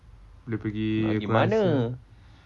boleh pergi aku rasa